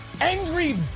angry